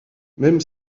même